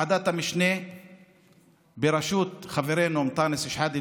ועדת המשנה בראשות חברנו אנטאנס שחאדה,